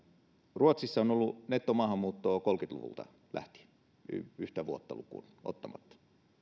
ruotsissa on ollut nettomaahanmuuttoa kolmekymmentä luvulta lähtien yhtä vuotta lukuun ottamatta